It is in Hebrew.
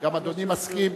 גם אדוני מסכים.